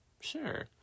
Sure